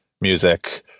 music